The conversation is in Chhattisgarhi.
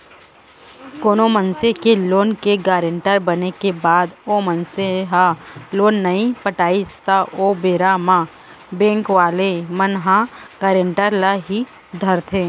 कोनो मनसे के लोन के गारेंटर बने के बाद ओ मनसे ह लोन नइ पटाइस त ओ बेरा म बेंक वाले मन ह गारेंटर ल ही धरथे